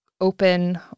open